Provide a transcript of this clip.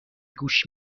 گوش